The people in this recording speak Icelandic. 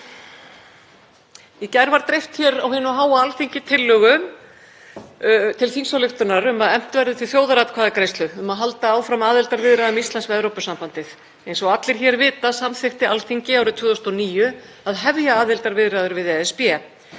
Í gær var dreift hér á hinu háa Alþingi tillögu til þingsályktunar um að efnt verði til þjóðaratkvæðagreiðslu um að halda áfram aðildarviðræðum Íslands við Evrópusambandið. Eins og allir hér vita samþykkti Alþingi árið 2009 að hefja aðildarviðræður við ESB.